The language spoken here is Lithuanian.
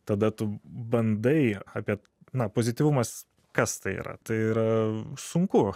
tada tu bandai apie na pozityvumas kas tai yra tai yra sunku